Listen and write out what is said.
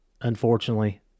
Unfortunately